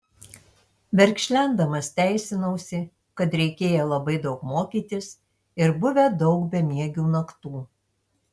verkšlendamas teisinausi kad reikėję labai daug mokytis ir buvę daug bemiegių naktų